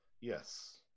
Yes